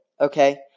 Okay